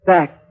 Back